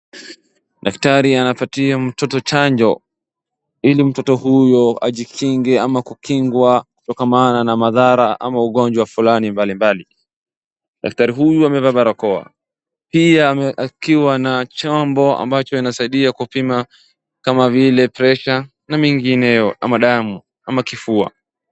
Daktari anapatia mtoto chanjo ili mtoto huyo ajikinge ama kukingwa kutokana na madhara ama ugonjwa fulani mbali mbali. Daktari huyu amevaa barakoa pia akiwa na chombo inayosaidia kupima kama vile pressure na mengineo kama damu ama kifua.